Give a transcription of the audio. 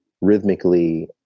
rhythmically